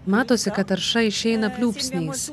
matosi kad tarša išeina pliūpsniais